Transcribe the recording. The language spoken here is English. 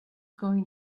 going